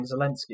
Zelensky